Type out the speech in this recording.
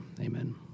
amen